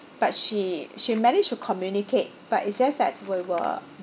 but she she managed to communicate but it's just that we were